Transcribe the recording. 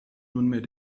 nunmehr